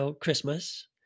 Christmas